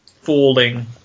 falling